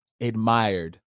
admired